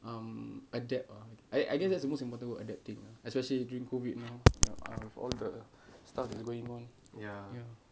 um adapt ah I I guess that's the most important word adapting especially during COVID now out of all the stuff that's going on ya